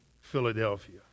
Philadelphia